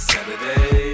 Saturday